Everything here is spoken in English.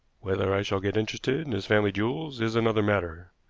whether i shall get interested in his family jewels is another matter.